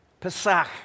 Pesach